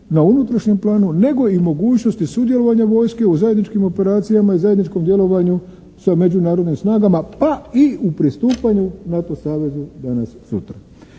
na unutrašnjem planu nego i mogućnosti sudjelovanja vojske u zajedničkim operacijama i zajedničkom djelovanju sa međunarodnim snagama, pa i u pristupanju NATO savezu danas sutra.